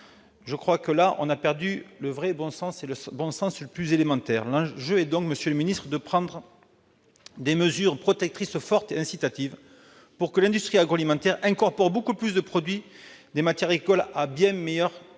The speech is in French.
des carottes râpées : on a perdu le bon sens le plus élémentaire ! L'enjeu est donc, monsieur le ministre, de prendre des mesures protectrices fortes et incitatives pour que l'industrie agroalimentaire incorpore beaucoup plus de matières agricoles à bien meilleure valeur